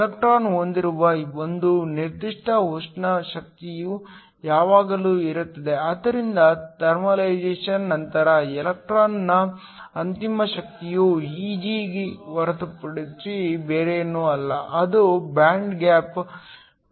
electron ಹೊಂದಿರುವ ಒಂದು ನಿರ್ದಿಷ್ಟ ಉಷ್ಣ ಶಕ್ತಿಯು ಯಾವಾಗಲೂ ಇರುತ್ತದೆ ಆದ್ದರಿಂದ ಥರ್ಮಲೈಸೇಶನ್ ನಂತರ ಎಲೆಕ್ಟ್ರಾನ್ನ ಅಂತಿಮ ಶಕ್ತಿಯು Eg ಹೊರತು ಬೇರೇನೂ ಅಲ್ಲ ಅದು ಬ್ಯಾಂಡ್ ಗ್ಯಾಪ್ 32kT